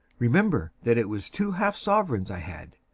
remember that it was two half-sovereigns i had.